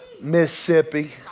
Mississippi